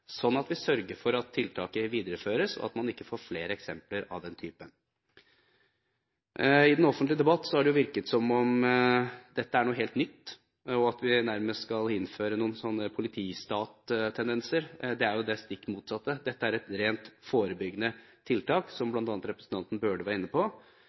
Vi må sørge for at tiltaket videreføres, og at man ikke får flere eksempler av den typen. I den offentlige debatt har det virket som om dette er noe helt nytt, og at vi nærmest skal innføre politistattendenser. Det er det stikk motsatte – dette er et rent forebyggende tiltak, som bl.a. representanten Bøhler var inne på.